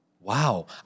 wow